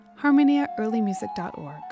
harmoniaearlymusic.org